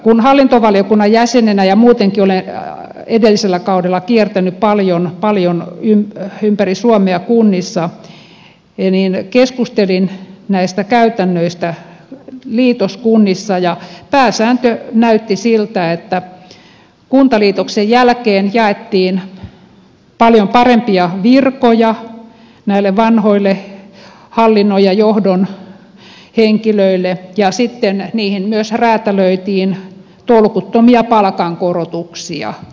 kun hallintovaliokunnan jäsenenä ja muutenkin olen edellisellä kaudella kiertänyt paljon ympäri suomea kunnissa niin keskustelin näistä käytännöistä liitoskunnissa ja pääsääntö näytti siltä että kuntaliitoksen jälkeen jaettiin paljon parempia virkoja näille vanhoille hallinnon ja johdon henkilöille ja sitten niihin myös räätälöitiin tolkuttomia palkankorotuksia